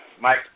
Mike